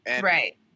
Right